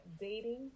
dating